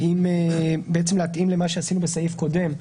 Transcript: האם להתאים למה שעשינו בסעיף קודם,